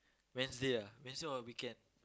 Wednesday ah Wednesday or weekend